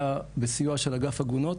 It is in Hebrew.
היה בסיוע של אגף עגונות,